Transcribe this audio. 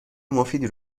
مفیدی